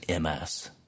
MS